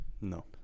No